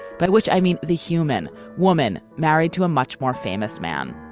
by which i mean the human woman married to a much more famous man.